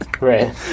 Right